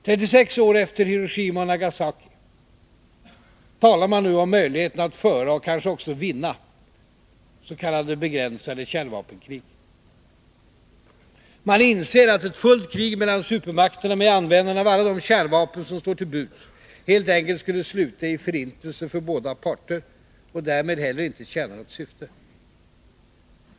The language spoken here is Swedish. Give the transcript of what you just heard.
Trettiosex år efter Hiroshima och Nagasaki talar man nu om möjligheten att föra och kanske också vinna ett s.k. begränsat kärnvapenkrig. Man inser att ett fullt krig mellan supermakterna, med användande av alla de kärnvapen som står till buds, helt enkelt skulle sluta i förintelse för båda parter och därmed alltså inte tjäna något syfte.